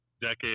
decade